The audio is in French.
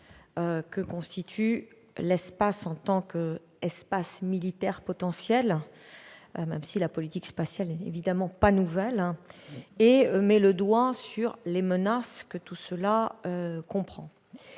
que constitue l'espace en tant qu'espace militaire potentiel, même si la politique spatiale n'est évidemment pas nouvelle, et elle met le doigt sur les menaces que tout cela comprend.